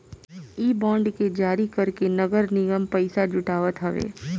इ बांड के जारी करके नगर निगम पईसा जुटावत हवे